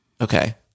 Okay